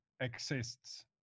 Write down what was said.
exists